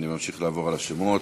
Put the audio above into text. אני ממשיך לעבור על השמות.